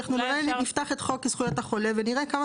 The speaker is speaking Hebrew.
אולי נפתח את חוק זכויות החולה ונראה כמה